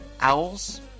Owls